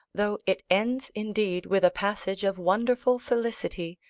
though it ends indeed with a passage of wonderful felicity,